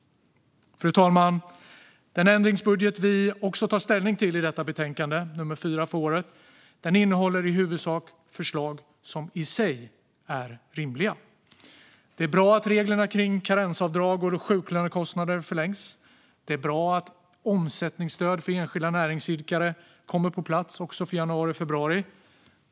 Fru talman! Den ändringsbudget som vi också tar ställning till i detta betänkande - nummer fyra för året - innehåller i huvudsak förslag som i sig är rimliga. Det är bra att reglerna kring karensavdrag och sjuklönekostnader förlängs. Det är bra att omsättningsstöd för enskilda näringsidkare kommer på plats också för januari och februari.